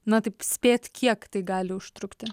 na taip spėt kiek tai gali užtrukti